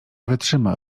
wytrzyma